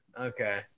Okay